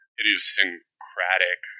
idiosyncratic